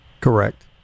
correct